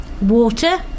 water